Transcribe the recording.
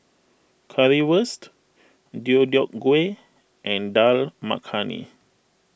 Currywurst Deodeok Gui and Dal Makhani